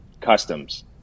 customs